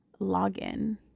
login